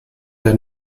der